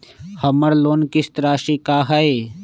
हमर लोन किस्त राशि का हई?